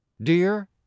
Dear